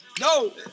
no